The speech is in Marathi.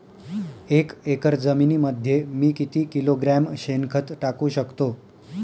एक एकर जमिनीमध्ये मी किती किलोग्रॅम शेणखत टाकू शकतो?